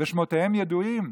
ושמותיהם ידועים.